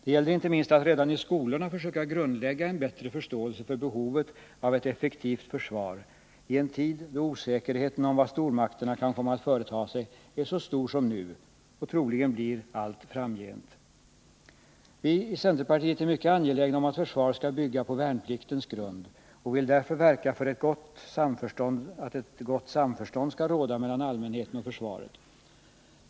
Det gäller inte minst att redan i skolorna försöka grundlägga en bättre förståelse för behovet av ett effektivt försvar i en tid då osäkerheten om vad stormakterna kan komma att företa sig är så stor som den nu är och troligen blir allt framgent. Vi i centerpartiet är mycket angelägna om att försvaret skall bygga på värnpliktens grund och vill därför verka för att ett gott samförstånd skall råda mellan allmänheten och försvaret.